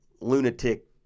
lunatic